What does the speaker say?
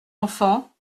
enfant